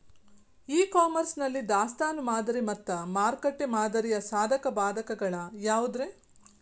E commerce ನಲ್ಲಿ ದಾಸ್ತಾನು ಮಾದರಿ ಮತ್ತ ಮಾರುಕಟ್ಟೆ ಮಾದರಿಯ ಸಾಧಕ ಬಾಧಕಗಳ ಯಾವವುರೇ?